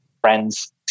friends